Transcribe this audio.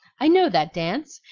i know that dance!